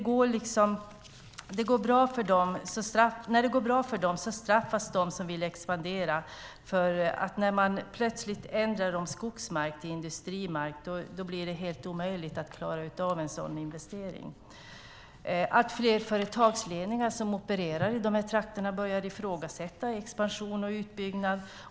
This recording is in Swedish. När det går bra för dem straffas de som vill expandera. När man plötsligt ändrar om skogsmark till industrimark blir det helt omöjligt att klara av en sådan investering. Allt fler företagsledningar som opererar i de här trakterna börjar ifrågasätta expansion och utbyggnad.